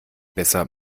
besser